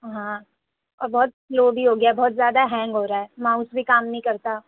ہاں اور بہت سلو بھی ہو گیا بہت زیادہ ہینگ ہو رہا ہے ماؤس بھی کام نہیں کرتا